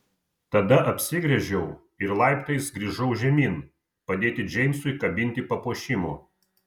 tada apsigręžiau ir laiptais grįžau žemyn padėti džeimsui kabinti papuošimų